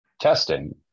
testing